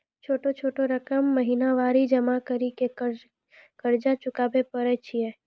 छोटा छोटा रकम महीनवारी जमा करि के कर्जा चुकाबै परए छियै?